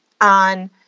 on